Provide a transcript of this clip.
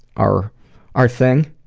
our our thing,